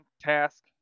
task